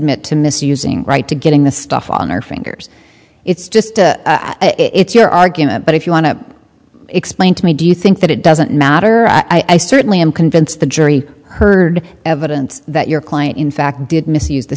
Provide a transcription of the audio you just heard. admit to misusing right to getting the stuff on our fingers it's just it's your argument but if you want to explain to me do you think that it doesn't matter i certainly am convinced the jury heard evidence that your client in fact did misuse the